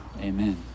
amen